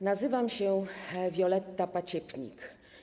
Nazywam się Wioletta Paciepnik.